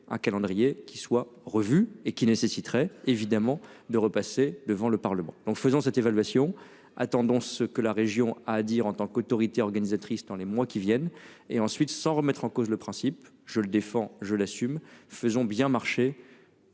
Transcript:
un calendrier qui soit revue et qui nécessiterait évidemment de repasser devant le Parlement en faisant cette évaluation attendons ce que la région a à dire en tant qu'autorité organisatrice dans les mois qui viennent et ensuite sans remettre en cause le principe je le défends je l'assume, faisons bien marché.